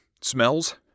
smells